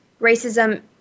racism